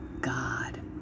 God